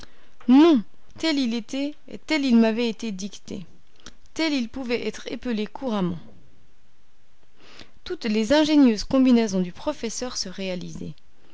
tel il était tel il m'avait été dicté tel il pouvait être épelé couramment toutes les ingénieuses combinaisons du professeur se